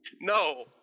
No